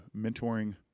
mentoring